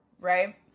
Right